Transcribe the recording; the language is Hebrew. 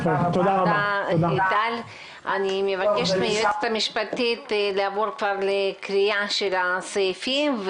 אני מבקשת מהיועצת המשפטית לעבור לקריאה של הסעיפים,